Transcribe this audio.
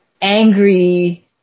angry